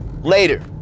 later